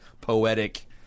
poetic